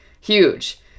huge